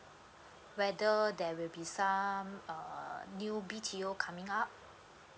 whether there will be some err new B_T_O coming up